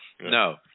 No